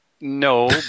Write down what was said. no